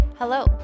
Hello